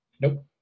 Nope